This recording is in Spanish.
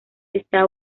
está